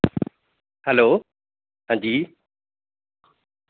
hello हां जी